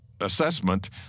assessment